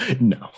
No